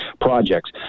projects